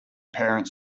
parents